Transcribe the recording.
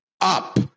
up